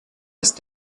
ist